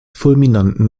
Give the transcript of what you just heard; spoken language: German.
fulminanten